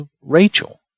Rachel